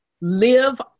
live